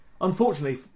Unfortunately